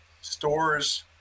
stores